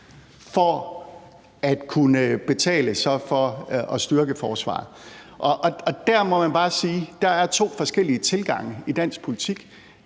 for at kunne betale for at styrke forsvaret. Der må man bare sige, at der er to forskellige tilgange i dansk politik: